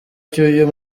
cy’uyu